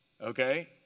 okay